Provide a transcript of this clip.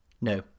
No